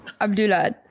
Abdullah